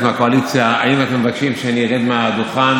מהקואליציה: האם אתם מבקשים שאני ארד מהדוכן,